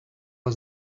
was